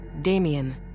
Damien